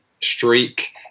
streak